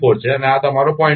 4 છે અને આ તમારો 0